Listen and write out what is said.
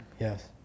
yes